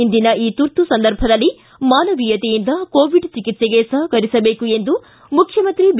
ಇಂದಿನ ಈ ತುರ್ತು ಸಂದರ್ಭದಲ್ಲಿ ಮಾನವೀಯತೆಯಿಂದ ಕೋವಿಡ್ ಚಿಕಿತ್ಸೆಗೆ ಸಹಕರಿಸಬೇಕು ಎಂದು ಮುಖ್ಯಮಂತ್ರಿ ಬಿ